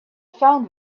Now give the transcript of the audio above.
found